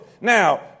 Now